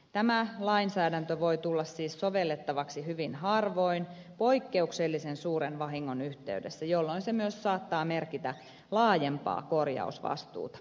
tämä lainsäädäntö voi tulla siis sovellettavaksi hyvin harvoin poikkeuksellisen suuren vahingon yhteydessä jolloin se myös saattaa merkitä laajempaa korjausvastuuta